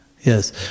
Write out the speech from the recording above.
Yes